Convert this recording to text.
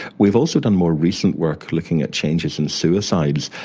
we've also done more recent work looking at changes in suicides,